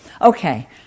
Okay